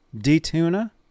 D-Tuna